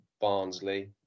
Barnsley